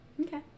Okay